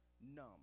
numb